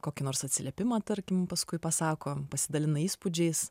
kokį nors atsiliepimą tarkim paskui pasako pasidalina įspūdžiais